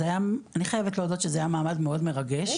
אני חייבת להודות שזה היה מעמד מאוד מרגש.